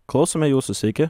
klausome jūsų sveiki